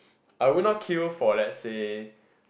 I would not queue for let's say